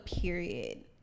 period